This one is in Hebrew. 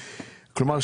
כלומר,